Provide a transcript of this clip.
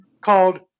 called